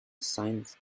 signs